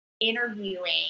interviewing